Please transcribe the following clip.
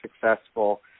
successful